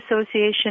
Association